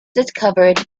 discovered